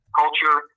culture